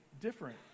different